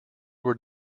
were